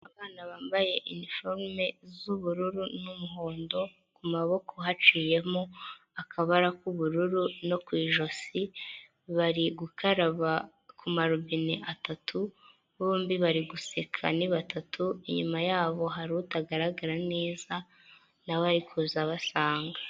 Abana bambaye iniforume z'ubururu n'umuhondo, ku maboko haciyemo akabara k'ubururu, no ku ijosi. Bari gukaraba ku marobine atatu, bombi bari guseka ni batatu, inyuma yabo hari utagaragara neza nawe uri kuza abasanga.